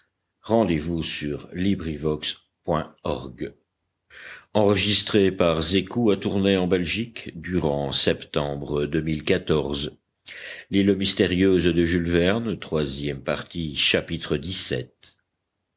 périmètre de l'île